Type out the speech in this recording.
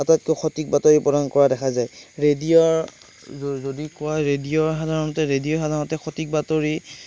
আটাইতকৈ সঠিক বাতৰি প্ৰদান কৰা দেখা যায় ৰেডিঅ'ৰ যদি কয় ৰেডিঅ' সাধাৰণতে ৰেডিঅ'ই সাধাৰণতে সঠিক বাতৰি